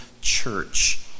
church